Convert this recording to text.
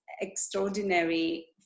extraordinary